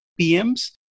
PMs